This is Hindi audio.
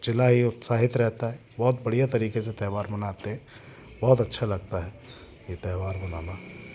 जिला ही उत्साहित रहता है बहुत बढ़िया तरीके से त्योहार मनाते हैं बहुत अच्छा लगता है ये त्योहार मनाना